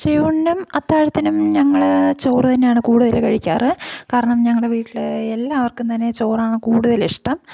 ഉച്ചയൂണിനും അത്താഴത്തിനും ഞങ്ങൾ ചോറ് തന്നെയാണ് കൂടുതൽ കഴിക്കാറ് കാരണം ഞങ്ങളുടെ വീട്ടിൽ എല്ലാവർക്കും തന്നെ ചോറാണ് കൂടുതലിഷ്ടം